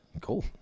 Cool